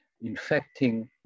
infecting